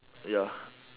ya